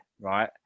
right –